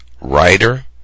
writer